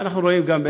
ואנחנו רואים גם,